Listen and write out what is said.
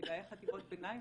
בגילאי חטיבות ביניים